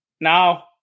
Now